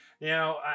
Now